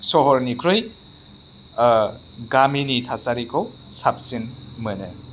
सहरनिख्रुइ गामिनि थासारिखौ साबसिन मोनो